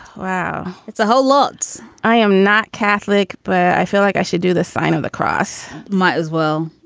wow. it's a whole lot. i am not catholic, but i feel like i should do the sign of the cross. might as well.